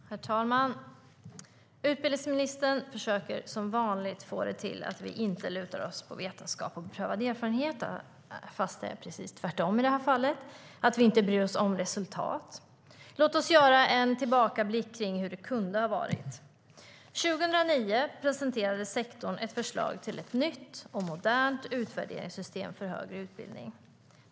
Herr talman! Utbildningsministern försöker som vanligt få det till att vi inte lutar oss mot vetenskap och beprövade erfarenheter, trots att det är precis tvärtom i det här fallet, och att vi inte bryr oss om resultat. Låt oss göra en tillbakablick på hur det kunde ha varit! År 2009 presenterade sektorn ett förslag till ett nytt och modernt utvärderingssystem för högre utbildning.